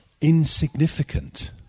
insignificant